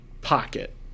pocket